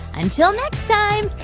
until next time,